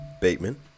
Bateman